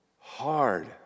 hard